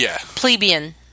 plebeian